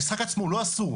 המשחק עצמו הוא לא אסור.